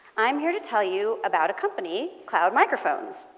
i'm here to tell you about a company, cloud microphones.